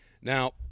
Now